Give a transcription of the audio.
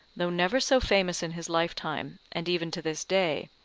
though never so famous in his lifetime and even to this day,